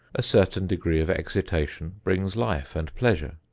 a certain degree of excitation brings life and pleasure.